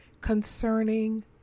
concerning